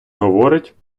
говорить